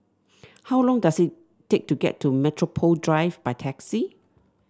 how long does it take to get to Metropole Drive by taxi